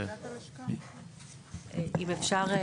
אם אפשר,